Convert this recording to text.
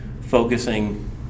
focusing